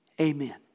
Amen